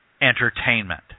entertainment